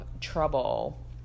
trouble